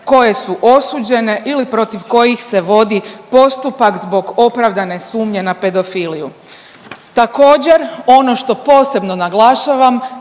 koje su osuđene ili protiv kojih se vodi postupak zbog opravdane sumnje na pedofiliju. Također ono što posebno naglašavam